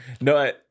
No